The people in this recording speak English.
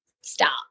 Stop